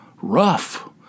rough